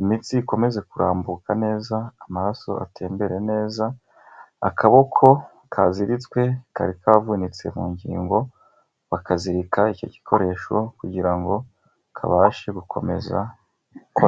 imitsi ikomeze kurambuka neza, amaraso atembere neza, akaboko kaziritswe kari kavunitse mu ngingo bakazirika icyo gikoresho kugira ngo kabashe gukomeza gukora.